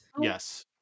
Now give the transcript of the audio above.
Yes